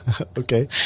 Okay